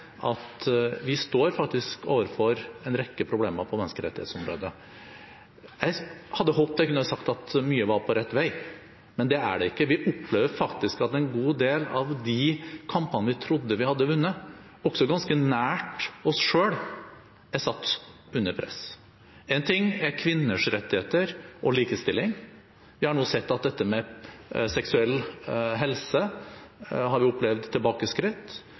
at vi står faktisk overfor en rekke problemer på menneskerettighetsområdet. Jeg hadde håpet jeg kunne sagt at mye var på rett vei, men det er det ikke. Vi opplever faktisk at en god del av de kampene vi trodde vi hadde vunnet, også ganske nært oss selv, er satt under press. En ting er kvinners rettigheter og likestilling. Vi har nå sett at dette med seksuell helse har opplevd tilbakeskritt.